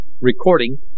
recording